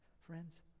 friends